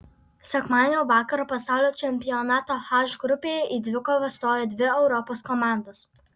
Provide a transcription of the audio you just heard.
sekmadienio vakarą pasaulio čempionato h grupėje į dvikovą stojo dvi europos komandos